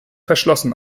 verschlossen